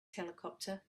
helicopter